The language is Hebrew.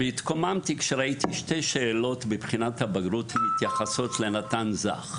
והתקוממתי כשראיתי שתי שאלות בבחינת הבגרות שמתייחסות לנתן זך.